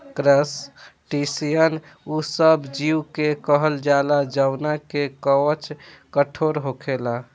crustacean उ सब जीव के कहल जाला जवना के कवच कठोर होखेला